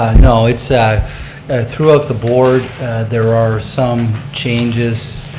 no, it's throughout the board there are some changes,